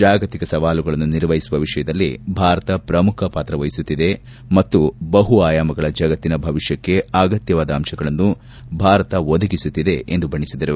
ಜಾಗತಿಕ ಸವಾಲುಗಳನ್ನು ನಿರ್ವಹಿಸುವ ವಿಷಯದಲ್ಲಿ ಭಾರತ ಶ್ರಮುಖ ಪಾತ್ರವಹಿಸುತ್ತಿವೆ ಮತ್ತು ಬಹು ಆಯಾಮಗಳ ಜಗತ್ತಿನ ಭವಿಷ್ಣಕ್ಕೆ ಅಗತ್ಯವಾದ ಅಂಶಗಳನ್ನು ಭಾರತ ಒದಗಿಸುತ್ತಿದೆ ಎಂದು ಬಣ್ಣೆಸಿದರು